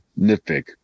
nitpick